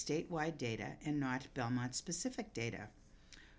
state wide data and not specific data